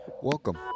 Welcome